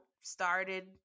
started